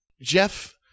Jeff